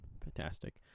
fantastic